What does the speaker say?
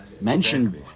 mentioned